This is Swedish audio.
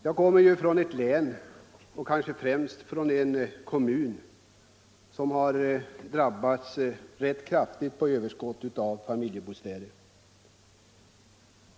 Jag kommer från ett län och från en kommun som har drabbats rätt kraftigt av överskott på familjebostäder.